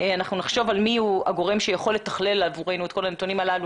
נחשוב מי יהיה הגורם שיכול לתכלל עבורנו את כל הנתונים הללו,